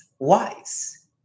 Wise